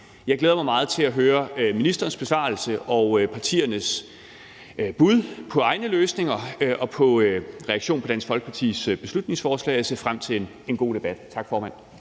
Jeg glæder mig meget til at høre ministerens besvarelse, partiernes bud på egne løsninger og reaktionen på Dansk Folkepartis beslutningsforslag, og jeg ser frem til en god debat. Tak, formand.